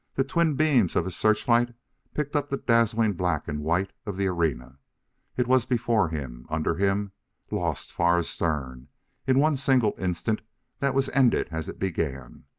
the twin beams of his searchlights picked up the dazzling black and white of the arena it was before him under him lost far astern in one single instant that was ended as it began.